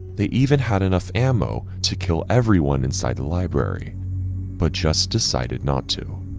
they even had enough ammo to kill everyone inside the library but just decided not to.